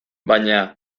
baina